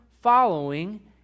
following